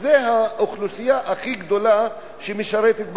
וזה האוכלוסייה הכי גדולה שמשרתת במדינה.